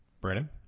Brandon